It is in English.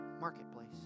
marketplace